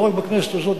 לא רק בכנסת הזאת,